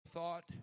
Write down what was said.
thought